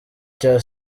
cya